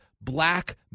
black